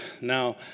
Now